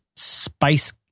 spice